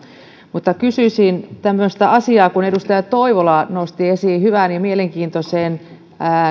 mutta kysyisin nyt tämmöisestä asiasta kun edustaja toivola nosti esiin hyvän ja mielenkiintoisen